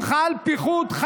אם חל פיחות,